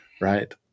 right